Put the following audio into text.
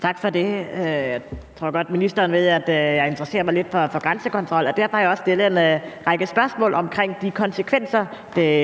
Tak for det. Jeg tror godt, ministeren ved, at jeg interesserer mig lidt for grænsekontrol. Derfor har jeg også stillet en række spørgsmål om de konsekvenser,